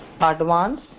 advance